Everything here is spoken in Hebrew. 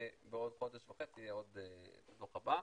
ובעוד חודש וחצי יהיה הדוח הבא.